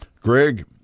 Greg